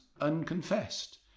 unconfessed